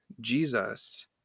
Jesus